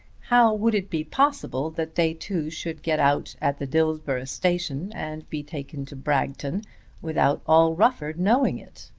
how would it be possible that they two should get out at the dillsborough station and be taken to bragton without all rufford knowing it.